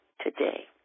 today